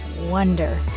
wonder